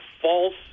false